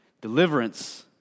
Deliverance